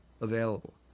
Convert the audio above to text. available